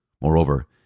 Moreover